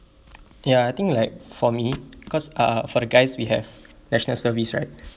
ya I think like for me cause uh for the guys we have national service right